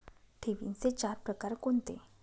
ठेवींचे चार प्रकार कोणते?